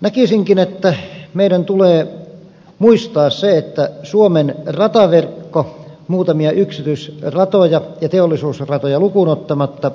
näkisinkin että meidän tulee muistaa se että suomen rataverkko muutamia yksityisratoja ja teollisuusratoja lukuun ottamatta